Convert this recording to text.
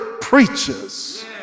preachers